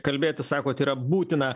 kalbėti sakot yra būtina